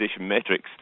metrics